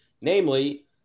Namely